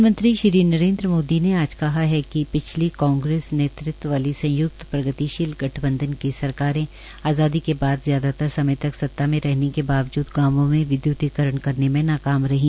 प्रधानमंत्री श्री नरेन्द्र मोदी ने आज कहा है कि पिछली कांग्रेस नेतृत्व वाली संय्कत प्रगतिशील गठबंधन की सरकारें आज़ादी के बाद ज्यादातार समय तक सता में रहने के बावजूद गांवों में विद्य्तीकरण करने में नाकाम रही